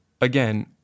Again